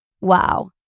Wow